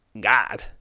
god